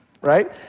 Right